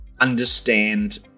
understand